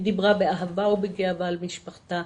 היא דיברה באהבה ובגאווה על משפחתה,